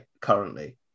currently